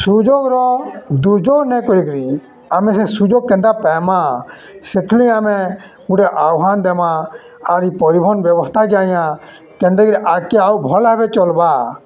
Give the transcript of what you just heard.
ସୁଯୋଗର ଦୁର୍ଯୋଗ ନେଇ କରିକିରି ଆମେ ସେ ସୁଯୋଗ କେନ୍ତା ପାଇମା ସେଥିଲାଗି ଆମେ ଗୋଟେ ଆହ୍ୱାନ ଦେମା ଆର୍ ଇ ପରିବହନ ବ୍ୟବସ୍ଥା କି ଆଜ୍ଞା କେନ୍ତା କରି ଆଗକେ ଆଉ ଭଲ ଭାବେ ଚଲବା